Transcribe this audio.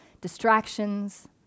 distractions